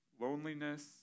loneliness